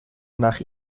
nach